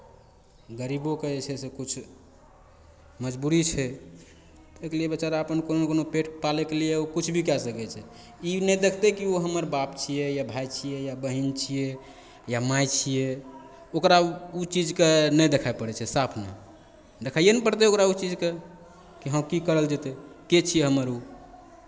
गरीबोकेँ जे छै से किछु मजबूरी छै एहिके लिए बेचारा अपन कोनो कोनो पेट पालयके लिए ओ किछु भी कए सकै छै ई नहि देखतै कि ओ हमर बाप छियै या भाय छियै या बहिन छियै या माय छियै ओकरा ओ चीजके नहि देखाए पड़ै छै साफ नहि देखाइए नहि पड़तै ओकरा ओ चीजके की हँ की करल जेतै के छियै हमर ओ